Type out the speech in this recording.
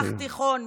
מזרח תיכון,